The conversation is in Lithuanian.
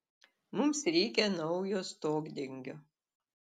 mums reikia naujo stogdengio